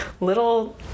little